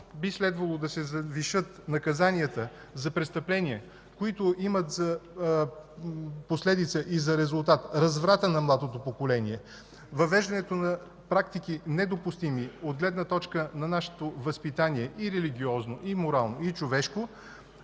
би следвало да се завишат наказанията за престъпления, които имат за последица и за резултат разврата на младото поколение, въвеждането на практики, недопустими от гледна точка на нашето възпитание – и религиозно, и морално, и човешко,